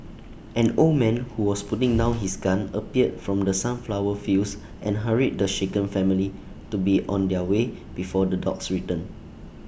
an old man who was putting down his gun appeared from the sunflower fields and hurried the shaken family to be on their way before the dogs return